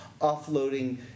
offloading